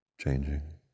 changing